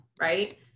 right